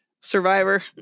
survivor